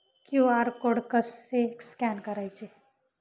QR code कसे scan करायचे?